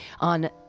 on